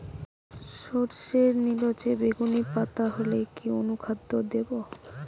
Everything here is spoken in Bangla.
সরর্ষের নিলচে বেগুনি পাতা হলে কি অনুখাদ্য দেবো?